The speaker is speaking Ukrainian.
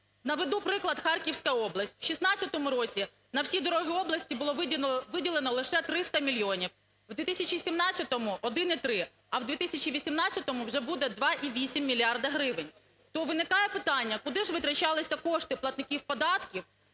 Наведу приклад. Харківська область, у 16-му році на всі дороги області було виділено лише 300 мільйонів, у 2017-му – 1,3, а в 2018-му вже буде 2,8 мільярда гривень. То виникає питання, а куди витрачалися кошти платників податків